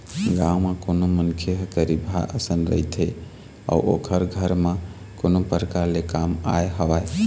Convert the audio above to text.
गाँव म कोनो मनखे ह गरीबहा असन रहिथे अउ ओखर घर म कोनो परकार ले काम आय हवय